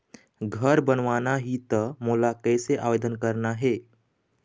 घर बनाना ही त मोला कैसे आवेदन करना हे?